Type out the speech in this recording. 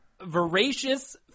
voracious